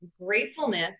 gratefulness